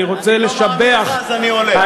אני לא מאמין לך אז אני הולך.